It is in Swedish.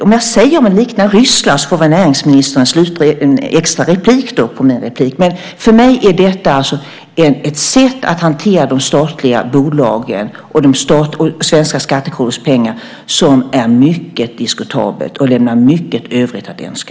Om jag säger att det liknar Ryssland så får väl näringsministern ett extra inlägg, men för mig är detta ett sätt att hantera de statliga bolagen och det svenska skattekollektivets pengar som är mycket diskutabelt och lämnar mycket i övrigt att önska.